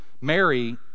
Mary